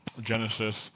Genesis